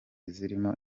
zirimo